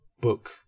book